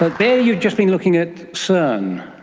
there you've just been looking at cern,